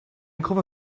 gruppe